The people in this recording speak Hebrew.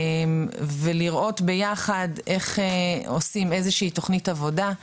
ולראות ביחד איך עושים איזו שהיא תכנית עבודה.